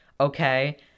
okay